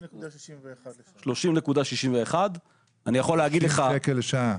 30.61. 30.61 לשעה?